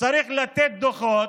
צריך לתת דוחות,